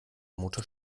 motor